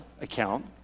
account